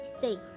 Safe